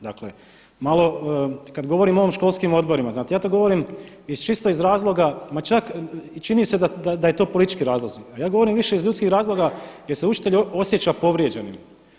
Dakle, kada govorim o školskim odborima znate ja to govorim čisto iz razloga ma čak i čini se da je su to politički razlozi, a ja govorim više iz ljudskih razloga jer se učitelj osjeća povrijeđenim.